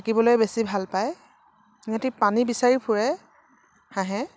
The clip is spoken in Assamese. থাকিবলৈ বেছি ভাল পায় সিহঁতে পানী বিচাৰি ফুৰে হাঁহে